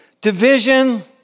division